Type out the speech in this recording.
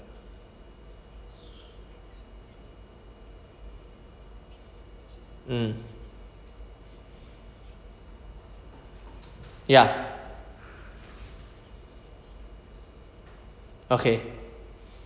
mm ya okay